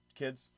kids